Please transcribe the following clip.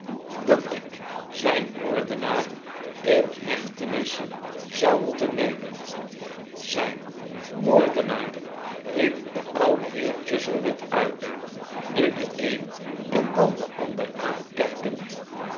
dat ik zijn moordenaar in hechtenis zou moeten nemen z ij n moordenaar riep de oude heer chuzzlewit uit nu den een en dan den ander aankijkend